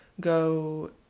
go